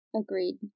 agreed